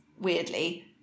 weirdly